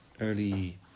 early